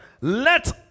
let